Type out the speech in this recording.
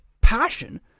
passion